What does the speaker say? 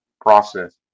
process